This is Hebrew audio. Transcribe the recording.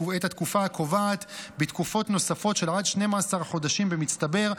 את התקופה הקובעת בתקופות נוספות של עד 12 חודשים במצטבר,